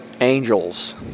angels